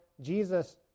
Jesus